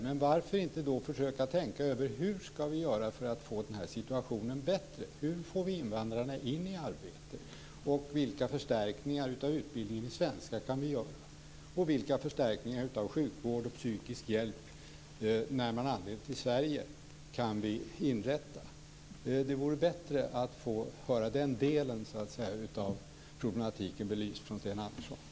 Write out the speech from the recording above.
Men varför inte då försöka tänka över hur vi ska göra för att få den här situationen bättre? Hur får vi in invandrarna i arbete? Vilka förstärkningar av utbildningen i svenska kan vi göra? Vilka förstärkningar av sjukvård och psykisk hjälp när man har anlänt till Sverige kan vi inrätta? De vore bättre att få den delen av problematiken belyst av Sten Andersson.